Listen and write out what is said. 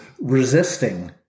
resisting